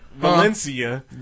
Valencia